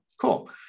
Cool